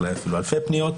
אולי אפילו אלפי פניות,